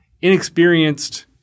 inexperienced